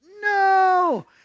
no